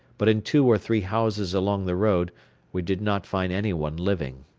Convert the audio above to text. but in two or three houses along the road we did not find anyone living.